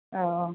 औ औ